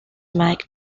mike